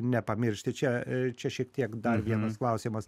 nepamiršti čia čia šiek tiek dar vienas klausimas